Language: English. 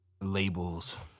labels